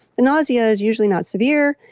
the nausea is usually not severe.